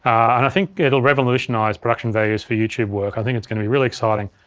and i think it'll revolutionize production values for youtube work, i think it's gonna be really exciting.